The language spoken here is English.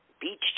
beach